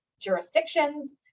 jurisdictions